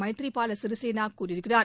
மைத்ரி பால சிறிசேனா கூறியிருக்கிறார்